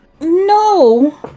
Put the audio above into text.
No